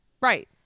Right